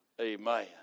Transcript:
amen